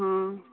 ହଁ